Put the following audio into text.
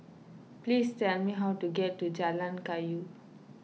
please tell me how to get to Jalan Kayu